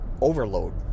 overload